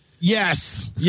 Yes